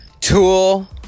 Tool